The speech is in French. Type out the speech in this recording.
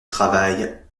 travail